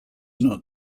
not